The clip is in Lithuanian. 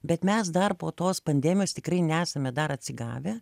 bet mes dar po tos pandemijos tikrai nesame dar atsigavę